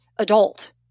adult